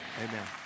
Amen